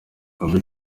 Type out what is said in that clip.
gaby